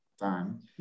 time